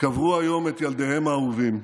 קברו היום את ילדיהם האהובים.